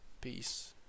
Peace